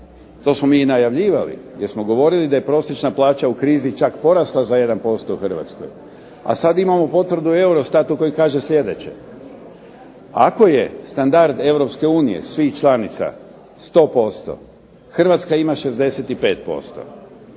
To smo mi i najavljivali, jer smo govorili da je prosječna plaća u krizi čak porasla za 1% u HRvatskoj, a sada imamo potvrdu Eurostata koji kaže sljedeće: "Ako je standard EU svih članica 100%, Hrvatska ima 65%".